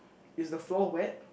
is the floor wet